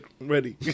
ready